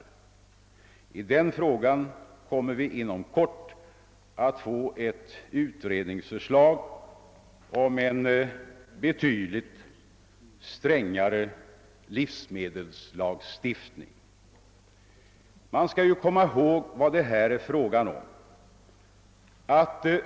Vi kommer inom kort att få ett utredningsförslag om en betydligt strängare livsmedelslagstiftning. Man skall komma ihåg vad det här är fråga om.